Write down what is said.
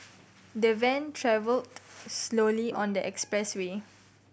the van travelled slowly on the expressway